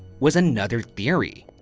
was another theory.